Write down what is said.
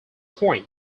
point